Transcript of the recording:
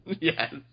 Yes